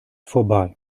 vorbei